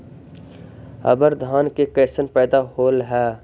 अबर धान के कैसन पैदा होल हा?